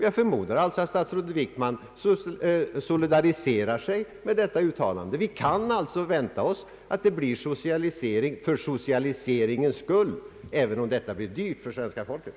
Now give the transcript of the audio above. Jag förmodar därför att statsrådet Wickman solidaliserar sig med detta uttalande. Vi kan alltså vänta oss socialisering för socialiseringens egen skull, även om det blir dyrt för svenska folket.